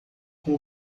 com